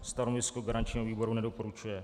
Stanovisko garančního výboru: nedoporučuje.